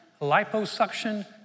liposuction